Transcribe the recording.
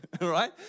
right